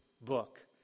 book